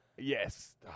Yes